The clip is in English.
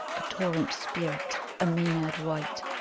a torrent spirit, a maenad white,